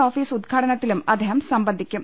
office ഉദ്ഘാടനത്തിലും അദ്ദേഹം സംബന്ധിക്കും